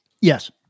Yes